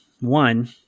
one